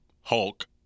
Hulk